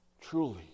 truly